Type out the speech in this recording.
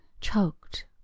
choked